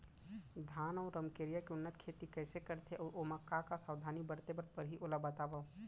धान अऊ रमकेरिया के उन्नत खेती कइसे करथे अऊ ओमा का का सावधानी बरते बर परहि ओला बतावव?